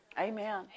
Amen